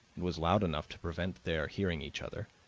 it was loud enough to prevent their hearing each other,